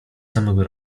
samego